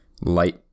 light